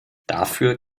dafür